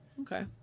okay